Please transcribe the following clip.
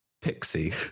pixie